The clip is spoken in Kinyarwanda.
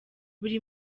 buri